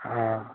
हा